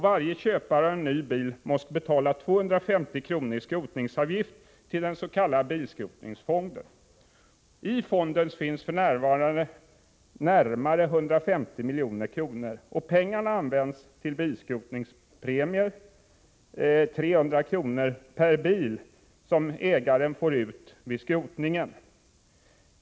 Varje köpare av en ny bil måste betala 250 kr. i skrotningsavgift till den s.k. bilskrotningsfonden. I fonden finns f.n. närmare 150 milj.kr. Pengarna används till bilskrotningspremier — 300 kr. per bil — som ägaren får ut vid skrotningen.